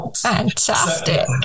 Fantastic